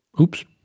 Oops